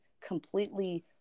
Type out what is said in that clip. completely